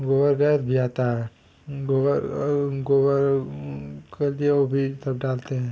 गोबर गैस भी आता है गोबर गोबर कर दिया वह भी सब डालते हैं